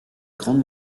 grande